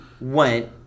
went